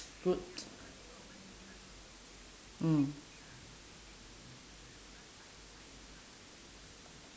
good mm